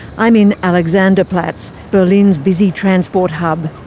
i'm in alexanderplatz, berlin's busy transport hub.